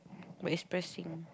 but it's pressing